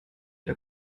der